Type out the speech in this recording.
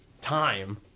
time